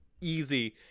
Easy